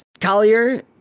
Collier